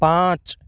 पाँच